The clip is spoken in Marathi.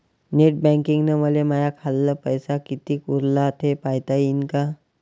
नेट बँकिंगनं मले माह्या खाल्ल पैसा कितीक उरला थे पायता यीन काय?